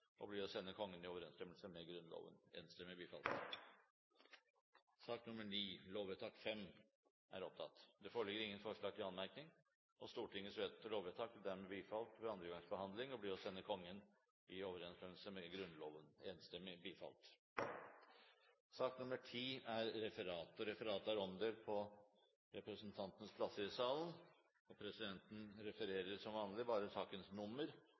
og blir å sende Kongen i overensstemmelse med Grunnloven. Det foreligger ingen forslag til anmerkning. Stortingets lovvedtak er dermed bifalt ved annen gangs behandling og blir å sende Kongen i overensstemmelse med Grunnloven. Det foreligger ingen forslag til anmerkning. Stortingets lovvedtak er dermed bifalt ved annen gangs behandling og blir å sende Kongen i